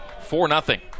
Four-nothing